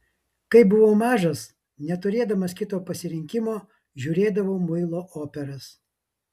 kai buvau mažas neturėdamas kito pasirinkimo žiūrėdavau muilo operas